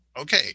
Okay